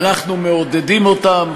ואנחנו מעודדים אותם,